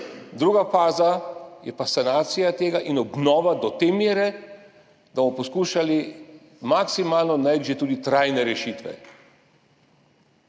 druga faza je pa sanacija tega in obnova do te mere, da bomo poskušali maksimalno najti tudi trajne rešitve,